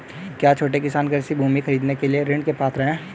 क्या छोटे किसान कृषि भूमि खरीदने के लिए ऋण के पात्र हैं?